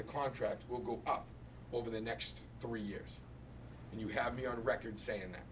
the contract will go up over the next three years and you have me on record saying that